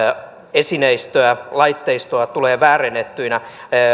esineistöä laitteistoa tulee väärennettyinä